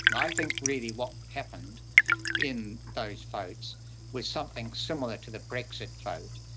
and i think really what happened in those votes was something similar to the brexit vote.